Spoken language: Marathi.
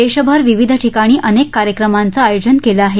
देशभर विविध ठिकाणी अनेक कार्यक्रमांचं आयोजन केलं आहे